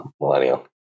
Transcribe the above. Millennial